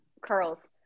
curls